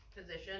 position